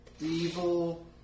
evil